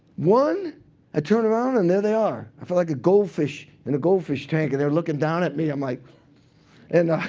one i ah turn around and there they are. i felt like a goldfish in a goldfish tank, and they're looking down at me. i'm like and